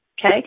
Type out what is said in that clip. okay